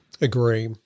Agree